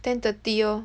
ten thirty orh